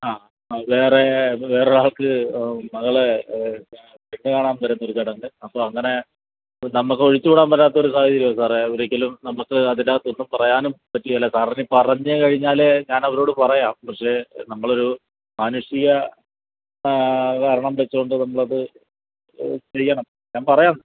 ആ വേറെ വേറൊരാൾക്ക് മകളെ പെണ്ണുകാണാൻ വരുന്നൊരു ചടങ്ങ് അപ്പോൾ അങ്ങനെ നമുക്ക് ഒഴിച്ചുകൂടാൻ പറ്റാത്തൊരു സാഹചര്യം സാറേ ഒരിക്കലും നമുക്ക് അതിൻറ്റകത്തൊന്നും പറയാനും പറ്റുകേല സാറിനി പറഞ്ഞു കഴിഞ്ഞാൽ ഞാൻ അവരോട് പറയാം പക്ഷേ നമ്മളൊരു മാനുഷിക കാരണം വെച്ചോണ്ട് നമ്മളത് ചെയ്യണം ഞാൻ പറയാം